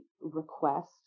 request